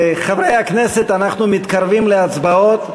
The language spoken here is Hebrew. חברי הכנסת, אנחנו מתקרבים להצבעות.